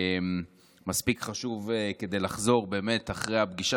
זה מספיק חשוב כדי לחזור, באמת, אחרי הפגישה